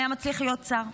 לא היה מצליח להיות שר.